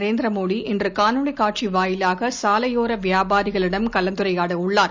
நரேந்திர மோடி இன்று காணொலிக் காட்சி வாயிலாக சாலையோர வியாபாரிகளிடம் கலந்துரையாடவுள்ளார்